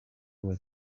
with